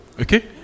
Okay